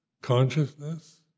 consciousness